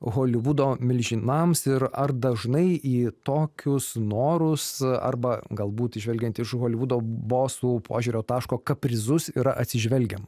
holivudo milžinams ir ar dažnai į tokius norus arba galbūt žvelgiant iš holivudo bosų požiūrio taško kaprizus yra atsižvelgiama